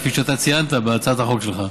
כפי שאתה ציינת בהצעת החוק שלך.